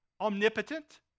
omnipotent